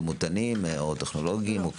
דימותנים או טכנולוגים.